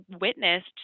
witnessed